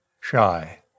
Shy